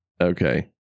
Okay